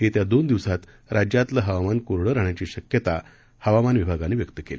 येत्या दोन दिवसात राज्यातलं हवामान कोरडं राहण्याची शक्यता हवामान विभागानं व्यक्त केली